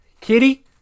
Kitty